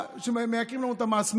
שמייקרים לנו את המס?